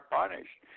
punished